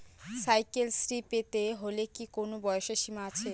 Cycle শ্রী পেতে হলে কি কোনো বয়সের সীমা আছে?